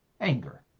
anger